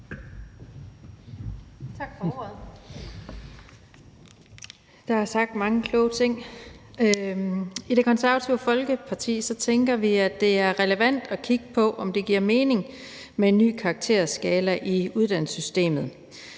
Tak for ordet. Der er sagt mange kloge ting. I Det Konservative Folkeparti tænker vi, at det er relevant at kigge på, om det giver mening med en ny karakterskala i uddannelsessystemet.